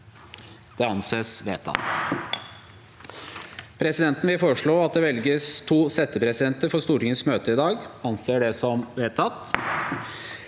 Presidenten vil foreslå at det velges to settepresidenter for Stortingets møte i dag – og anser det som vedtatt.